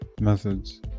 methods